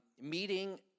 Meeting